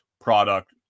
product